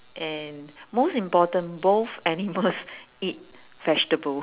and most important both animals eat vegetables